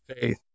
faith